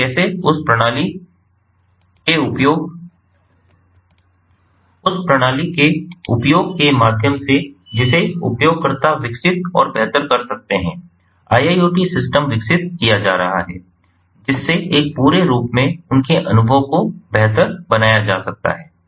और कैसे उस प्रणाली के उपयोग के माध्यम से जिसे उपयोगकर्ता विकसित और बेहतर कर सकते हैं IIoT सिस्टम विकसित किया जा रहा है जिससे एक पूरे रूप में उनके अनुभव को बेहतर बनाया जा सकता है